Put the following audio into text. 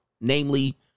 namely